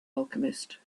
alchemist